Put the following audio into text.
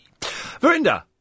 Verinda